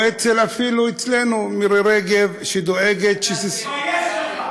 ואפילו אצלנו, מירי רגב, שדואגת, תתבייש לך.